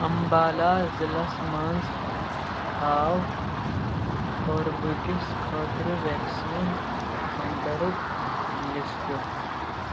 امبالہ ضلعس منٛز ہاو کوربو کِس خٲطرٕ ویکسیٖن سینٹرُک لِسٹہٕ